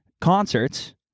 concerts